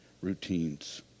routines